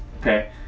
Okay